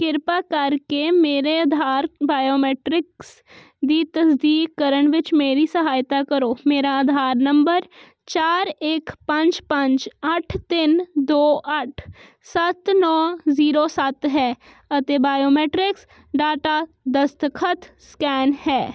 ਕ੍ਰਿਪਾ ਕਰਕੇ ਮੇਰੇ ਆਧਾਰ ਬਾਇਓਮੀਟ੍ਰਿਕਸ ਦੀ ਤਸਦੀਕ ਕਰਨ ਵਿੱਚ ਮੇਰੀ ਸਹਾਇਤਾ ਕਰੋ ਮੇਰਾ ਆਧਾਰ ਨੰਬਰ ਚਾਰ ਇੱਕ ਪੰਜ ਪੰਜ ਅੱਠ ਤਿੰਨ ਦੋ ਅੱਠ ਸੱਤ ਨੌਂ ਜੀਰੋ ਸੱਤ ਹੈ ਅਤੇ ਬਾਇਓਮੀਟ੍ਰਿਕ ਡਾਟਾ ਦਸਤਖ਼ਤ ਸਕੈਨ ਹੈ